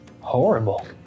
horrible